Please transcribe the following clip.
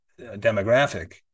demographic